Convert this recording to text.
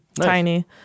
tiny